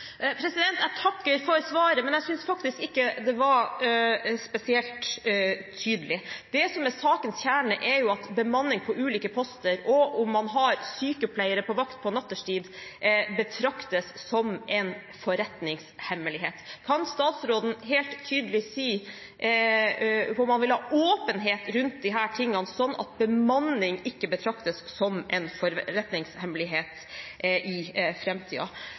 Jeg takker for svaret, men jeg synes faktisk ikke det var spesielt tydelig. Det som er sakens kjerne, er jo at bemanning på ulike poster og om man har sykepleiere på vakt på nattetid, betraktes som en forretningshemmelighet. Kan statsråden helt tydelig si om han vil ha åpenhet rundt disse tingene, sånn at bemanning ikke betraktes som en forretningshemmelighet i